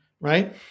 right